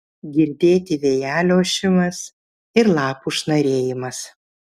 girdėti vėjelio ošimas ir lapų šnarėjimas